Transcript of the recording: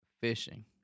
fishing